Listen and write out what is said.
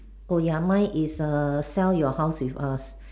oh ya mine is err sell your house with us